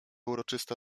uroczysta